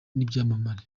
n’ibyamamare